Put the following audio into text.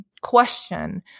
question